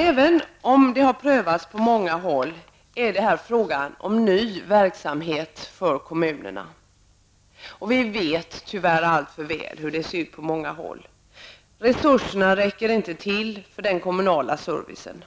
Även om det har prövats på många håll är det fråga om en ny verksamhet för kommunerna. Vi vet tyvärr alltför väl hur det ser ut på många håll. Resurserna räcker inte till för den kommunala servicen.